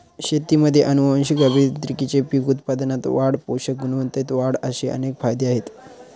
शेतीमध्ये आनुवंशिक अभियांत्रिकीचे पीक उत्पादनात वाढ, पोषक गुणवत्तेत वाढ असे अनेक फायदे आहेत